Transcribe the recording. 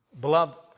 Beloved